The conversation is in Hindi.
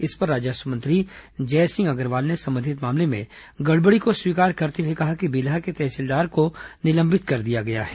इस पर राजस्व मंत्री जयसिंह अग्रवाल ने संबंधित मामले में गड़बड़ी को स्वीकार करते हुए कहा कि बिल्हा के तहसीलदार को निलंबित कर दिया गया है